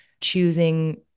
choosing